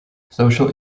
social